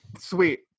Sweet